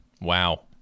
WoW